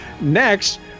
Next